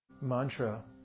mantra